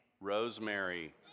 Rosemary